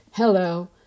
Hello